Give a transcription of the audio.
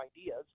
ideas